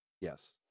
Yes